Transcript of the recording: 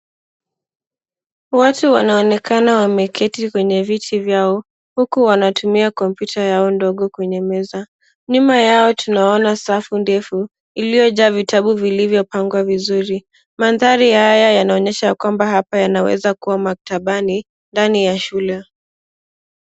Watu wanaonekana wameketi kwenye viti vyao, huku wanatumia kompyuta yao ndogo kwenye meza. Nyuma yao, tunaona safu ndefu, iliojaa vitabu vilivyopangwa vizuri. Mandhari haya yanaonyesha ya kwamba hapa yanaweza kuwa maktabani, ndani ya shule.